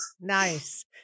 Nice